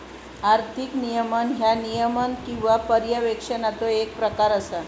आर्थिक नियमन ह्या नियमन किंवा पर्यवेक्षणाचो येक प्रकार असा